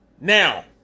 Now